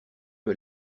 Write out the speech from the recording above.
que